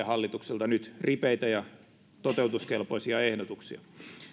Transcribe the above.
hallitukselta nyt ripeitä ja toteutuskelpoisia ehdotuksia